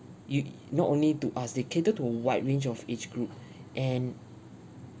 it not only to us they cater to a wide range of age group and